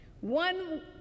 One